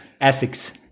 Essex